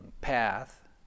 path